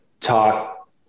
talk